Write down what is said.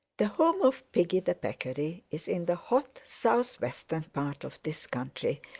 the home of piggy the peccary is in the hot southwestern part of this country,